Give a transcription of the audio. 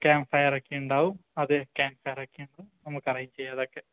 camp ഫയറൊക്കെ ഉണ്ടാവും അത് ക്യാമ്പ് ഫയറൊക്കെയുണ്ട് നമുക്ക് അറേൻജീയ്യാതൊക്കെ